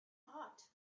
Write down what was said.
hot